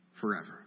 forever